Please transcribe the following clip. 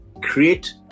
create